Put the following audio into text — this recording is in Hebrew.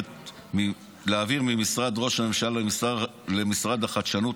להעביר ממשרד ראש הממשלה למשרד החדשנות,